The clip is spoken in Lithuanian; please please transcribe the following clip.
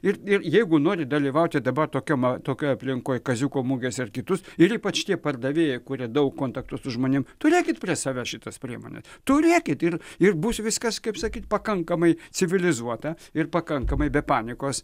ir ir jeigu nori dalyvauti dabar tokiom tokioj aplinkoj kaziuko mugėse ar kitus ir ypač tie pardavėjai kurie daug kontaktuoja su žmonėm turėkit prie savęs šitas priemones turėkit ir ir bus viskas kaip sakyt pakankamai civilizuota ir pakankamai be panikos